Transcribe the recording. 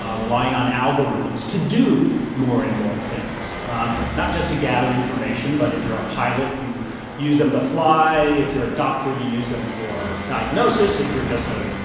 um relying on algorit hms to do more and more things. um not just to gather information, but if you're a pilot, you use them to fly. if you're a doctor, you use them for diagnosis. if you're just ah